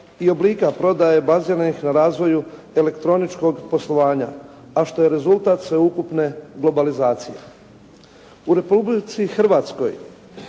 i oblika prodaje baziranih na razvoju elektroničkog poslovanja, a što je rezultat sveukupne globalizacije. U Republici Hrvatskoj